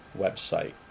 website